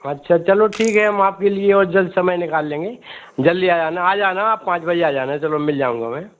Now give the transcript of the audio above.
अच्छा चलो ठीक है हम आपके लिए और जल्द समय निकाल लेंगे जल्दी आ जाना आ जाना आप पाँच बजे आ जाना चलो मिल जाऊँगा मैं